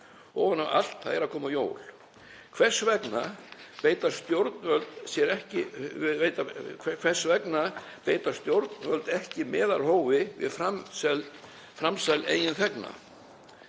Ofan á allt eru að koma jól. Hvers vegna beita stjórnvöld ekki meðalhófi við framsal eigin þegna?